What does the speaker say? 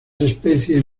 especies